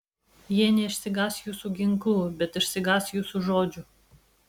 jie neišsigąs jūsų ginklų bet išsigąs jūsų žodžių